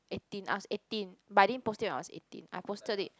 eighteen I was eighteen but I didn't post it when I was eighteen I posted it